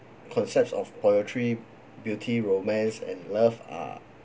concepts of poetry beauty romance and love are